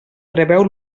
preveu